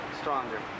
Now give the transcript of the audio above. stronger